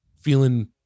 feeling